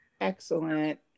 Excellent